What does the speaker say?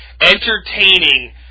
Entertaining